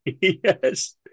Yes